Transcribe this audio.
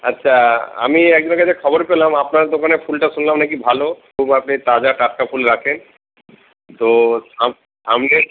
আচ্ছা আমি একজনের কাছে খবর পেলাম আপনার দোকানের ফুলটা শুনলাম নাকি ভালো খুব আপনি তাজা টাটকা ফুল রাখেন তো আমি আমি